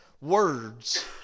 words